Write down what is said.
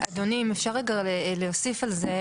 אדוני, אם אפשר רגע להוסיף על זה.